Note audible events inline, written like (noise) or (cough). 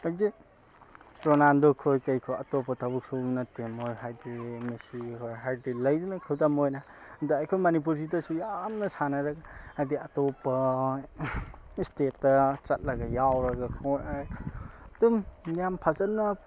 (unintelligible) Ronaldo ꯈꯣꯏ ꯀꯩꯈꯣꯏ ꯑꯇꯣꯞꯄ ꯊꯕꯛ ꯁꯨꯕ ꯅꯠꯇꯦ ꯃꯣꯏ ꯍꯥꯏꯗꯤ ꯃꯦꯁꯤ ꯍꯣꯏ ꯍꯥꯏꯗꯤ ꯂꯩꯗꯅ ꯈꯨꯗꯝ ꯑꯣꯏꯅ ꯑꯗ ꯑꯩꯈꯣꯏ ꯃꯅꯤꯄꯨꯔꯤꯗꯁꯨ ꯌꯥꯝꯅ ꯁꯥꯟꯅꯔꯒ ꯍꯥꯏꯗꯤ ꯑꯇꯣꯞꯄ ꯁ꯭ꯇꯦꯠꯇ ꯆꯠꯂꯒ ꯌꯥꯎꯔꯒ ꯈꯣꯠꯂꯒ ꯑꯗꯨꯝ ꯌꯥꯝ ꯐꯖꯅ